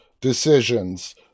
decisions